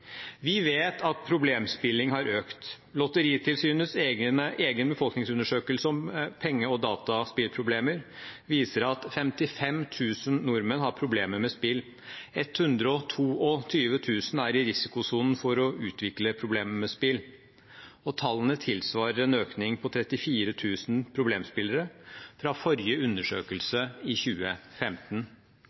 Vi vet at problemspilling har økt. Lotteritilsynets egen befolkningsundersøkelse om penge- og dataspillproblemer viser at 55 000 nordmenn har problemer med spill. 122 000 er i risikosonen for å utvikle problemer med spill, og tallene tilsvarer en økning på 34 000 problemspillere fra forrige undersøkelse, i 2015.